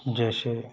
जैसे